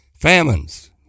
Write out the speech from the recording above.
famines